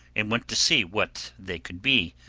and went to see what they could be,